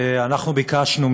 אנחנו ביקשנו,